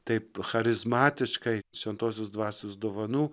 taip charizmatiškai šventosios dvasios dovanų